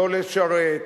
לא לשרת.